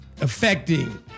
affecting